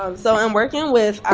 um so i'm working with our